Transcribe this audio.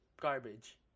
garbage